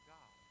God